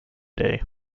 day